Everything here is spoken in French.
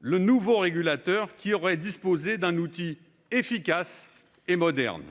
le nouveau régulateur, qui aurait ainsi disposé d'un outil efficace et moderne.